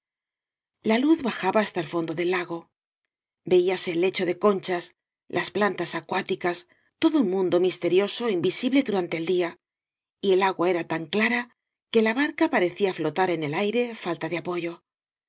la luz bajaba hasta el fondo del lago veíase el lecho de conchas las plantas acuáticas todo un mundo misterioso invisible durante el día y el agua era tan clara que la barca parecía flotar en el aire falta de apoyo